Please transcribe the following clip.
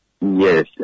Yes